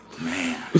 Man